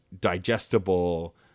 digestible